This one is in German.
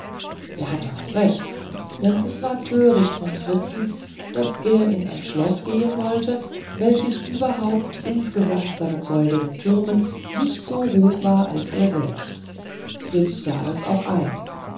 er hatte auch recht denn es war töricht von fritzen daß er in ein schloß gehen wollte welches überhaupt mitsamt seinen goldnen türmen nicht so hoch war als er selbst fritz sah das auch ein